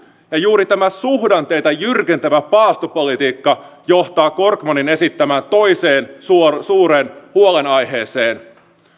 ja juuri tämä suhdanteita jyrkentävä paastopolitiikka johtaa korkmanin esittämään toiseen suureen huolenaiheeseen